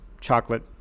chocolate